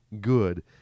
Good